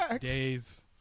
days